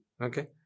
okay